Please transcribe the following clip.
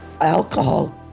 alcohol